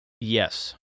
yes